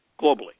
globally